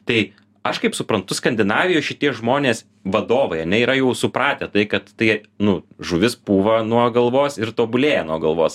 tai aš kaip suprantu skandinavijoj šitie žmonės vadovai ane yra jau supratę tai kad tai nu žuvis pūva nuo galvos ir tobulėja nuo galvos